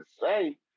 say